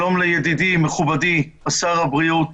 שלום לידידי מכובדי שר הבריאות